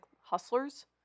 Hustlers